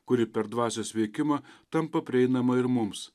kuri per dvasios veikimą tampa prieinama ir mums